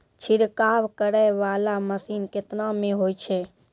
छिड़काव करै वाला मसीन केतना मे होय छै?